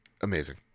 amazing